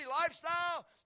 lifestyle